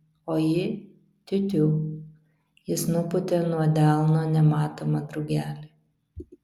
o ji tiu tiū jis nupūtė nuo delno nematomą drugelį